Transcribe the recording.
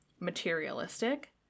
materialistic